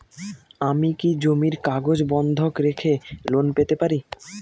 আমি কি জমির কাগজ বন্ধক রেখে লোন পেতে পারি?